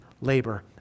labor